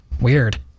weird